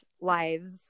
lives